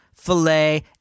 filet